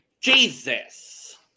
Jesus